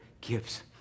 gives